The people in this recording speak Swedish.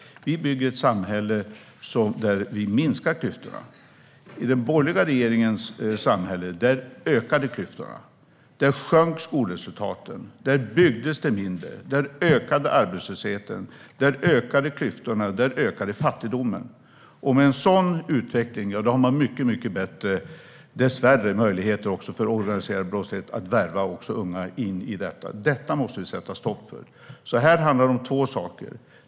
Vi bygger ett samhälle där vi minskar klyftorna. I den borgerliga regeringens samhälle ökade klyftorna. Där sjönk skolresultaten, där byggdes det mindre, där ökade arbetslösheten, där ökade klyftorna och där ökade fattigdomen. Med en sådan utveckling har man dessvärre mycket sämre möjligheter att stoppa organiserad brottslighet att värva unga in i detta. Det måste vi sätta stopp för. Här handlar det om två saker.